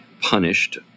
punished